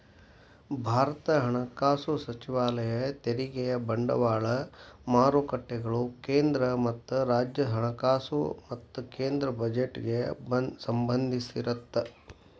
ಭಾರತದ ಹಣಕಾಸು ಸಚಿವಾಲಯ ತೆರಿಗೆ ಬಂಡವಾಳ ಮಾರುಕಟ್ಟೆಗಳು ಕೇಂದ್ರ ಮತ್ತ ರಾಜ್ಯ ಹಣಕಾಸು ಮತ್ತ ಕೇಂದ್ರ ಬಜೆಟ್ಗೆ ಸಂಬಂಧಿಸಿರತ್ತ